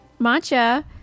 Matcha